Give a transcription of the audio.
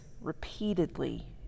repeatedly